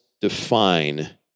define